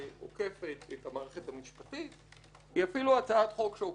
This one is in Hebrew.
שעוקפת את המערכת המשפטית; היא אפילו הצעת חוק שעוקפת את